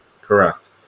Correct